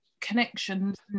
connections